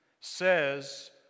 says